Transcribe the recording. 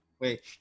Wait